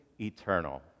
eternal